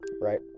Right